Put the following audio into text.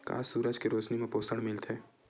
का सूरज के रोशनी म पोषण मिलथे?